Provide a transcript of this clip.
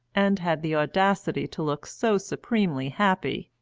and had the audacity to look so supremely happy,